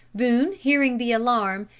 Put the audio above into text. boone hearing the alarm,